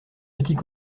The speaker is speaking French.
petits